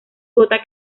vota